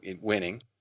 winning